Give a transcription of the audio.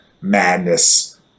madness